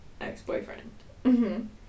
Ex-boyfriend